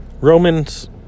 Romans